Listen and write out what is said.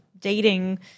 dating